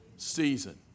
season